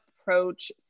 approach